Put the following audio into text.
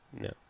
No